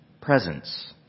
Presence